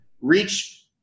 reach